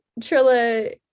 Trilla